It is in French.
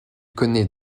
connaît